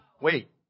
Wait